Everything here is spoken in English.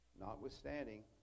notwithstanding